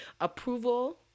approval